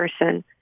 person